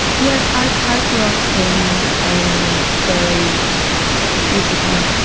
yes, i i grew up in a very abusive home.